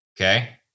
Okay